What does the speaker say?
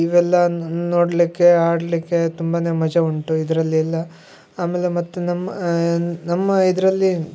ಇವೆಲ್ಲಾ ನೋಡಲಿಕ್ಕೆ ಆಡಲಿಕ್ಕೆ ತುಂಬಾನೆ ಮಜಾ ಉಂಟು ಇದರಲ್ಲೆಲ್ಲ ಆಮೇಲೆ ಮತ್ತು ನಮ್ಮ ನಮ್ಮ ಇದರಲ್ಲಿ